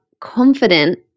confident